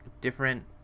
different